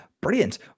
Brilliant